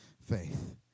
faith